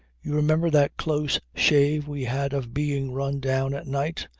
you remember that close shave we had of being run down at night,